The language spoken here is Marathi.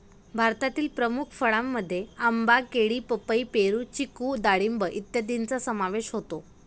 भारतातील प्रमुख फळांमध्ये आंबा, केळी, पपई, पेरू, चिकू डाळिंब इत्यादींचा समावेश होतो